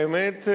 האמת,